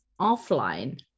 offline